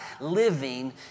living